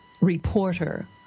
reporter